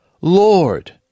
Lord